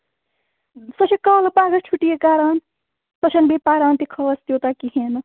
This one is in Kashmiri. سۄ چھِ کالہٕ پَگاہ چھُٹیہِ کران سۄ چھےٚ نہٕ بیٚیہِ پَران تہِ خاص تیٛوٗتاہ کِہیٖنٛۍ نہٕ